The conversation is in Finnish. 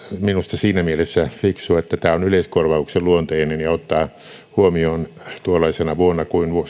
minusta siinä mielessä fiksua että tämä on yleiskorvauksen luonteinen ja ottaa huomioon tuollaisena vuonna kuin